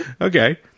Okay